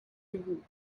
you